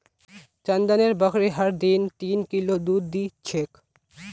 चंदनेर बकरी हर दिन तीन किलो दूध दी छेक